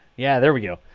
yeah. there we go.